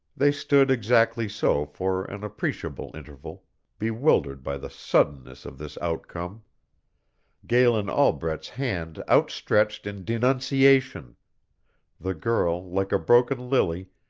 they stood exactly so for an appreciable interval bewildered by the suddenness of this outcome galen albret's hand out-stretched in denunciation the girl like a broken lily,